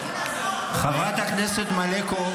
--- חברת הכנסת מלקו,